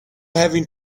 having